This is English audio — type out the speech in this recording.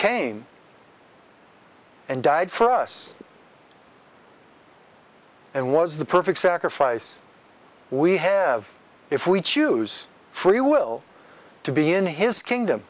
came and died for us and was the perfect sacrifice we have if we choose free will to be in his kingdom